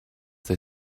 they